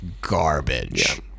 garbage